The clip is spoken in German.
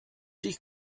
dich